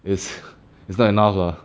is is not enough lah